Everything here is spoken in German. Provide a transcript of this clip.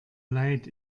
leid